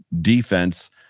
defense